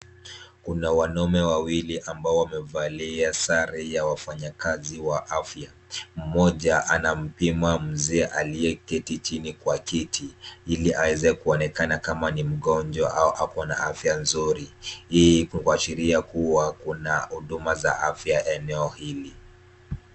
Kuna wanaume wawili ambao wamevalia sare ya wafanyakazi wa afya. Mmoja anampima mzee aliyeketi chini kwa kiti ili aeze kuonekana kama ni mgonjwa au ako na afya nzuri. Hii huashiria kuwa kuna huduma za afya eneo hili.